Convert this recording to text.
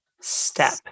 step